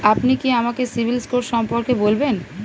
আপনি কি আমাকে সিবিল স্কোর সম্পর্কে বলবেন?